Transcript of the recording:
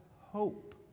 hope